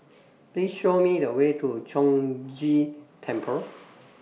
Please Show Me The Way to Chong Ghee Temple